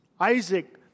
Isaac